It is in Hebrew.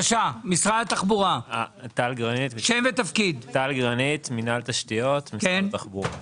מינהל תשתיות, משרד התחבורה.